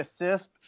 assist